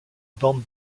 bande